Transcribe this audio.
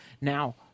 Now